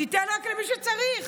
תיתן רק למי שצריך.